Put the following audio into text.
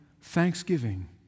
Thanksgiving